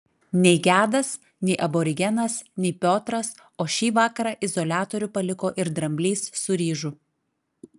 nei gedas nei aborigenas nei piotras o šį vakarą izoliatorių paliko ir dramblys su ryžu